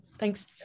Thanks